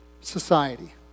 society